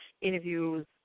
interviews